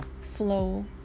flow